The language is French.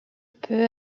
peu